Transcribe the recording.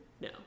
No